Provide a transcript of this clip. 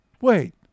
Wait